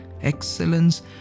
Excellence